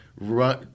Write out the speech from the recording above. run